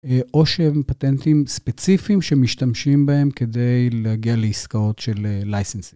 או שהם פטנטים ספציפיים שמשתמשים בהם כדי להגיע לעסקאות של לייסנסים.